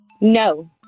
No